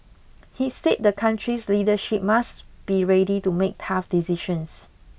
he said the country's leadership must be ready to make tough decisions